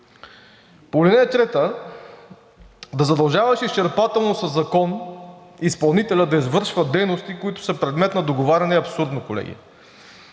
По ал. 3 – да задължаваш изчерпателно със закон изпълнителят да извършва дейности, които са предмет на договаряне, е абсурдно, колеги.